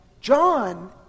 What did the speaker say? John